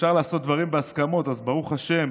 כשאפשר לעשות דברים בהסכמות, אז ברוך השם,